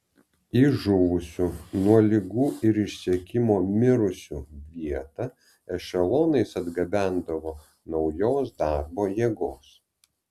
į žuvusių nuo ligų ir išsekimo mirusių vietą ešelonais atgabendavo naujos darbo jėgos